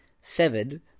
Severed